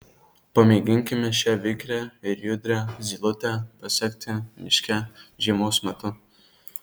pamėginkime šią vikrią ir judrią zylutę pasekti miške žiemos metu